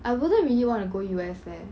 I wouldn't really want to go U_S leh